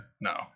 No